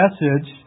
message